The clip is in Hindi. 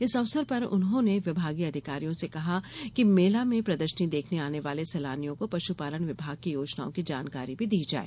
इस अवसर पर उन्होंने विभागीय अधिकारियों से कहा कि मेला में प्रदर्शनी देखने आने वाले सैलानियों को पशुपालन विभाग की योजनाओं की जानकारी भी दी जाए